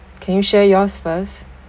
can you share yours first